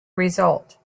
result